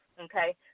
okay